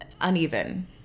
uneven